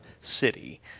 city